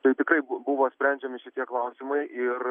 tai tikrai buvo sprendžiami šitie klausimai ir